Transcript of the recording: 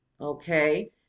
Okay